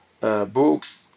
books